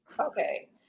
Okay